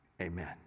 Amen